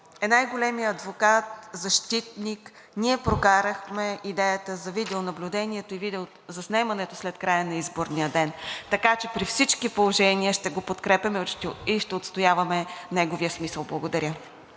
е най-големият адвокат – защитник. Ние прокарахме идеята за видеонаблюдението и видеозаснемането след края на изборния ден, така че при всички положения ще го подкрепяме и ще отстояваме неговия смисъл. Благодаря.